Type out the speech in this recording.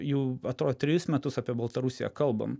jau atrodo trejus metus apie baltarusiją kalbam